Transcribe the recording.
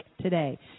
today